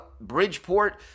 Bridgeport